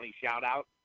shout-out